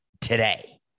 today